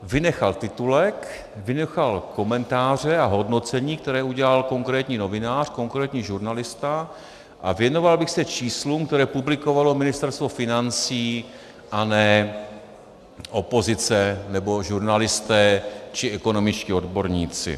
, vynechal titulek, vynechal komentáře a hodnocení, které udělal konkrétní novinář, konkrétní žurnalista, a věnoval bych se číslům, která publikovalo Ministerstvo financí a ne opozice nebo žurnalisté či ekonomičtí odborníci.